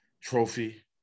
trophy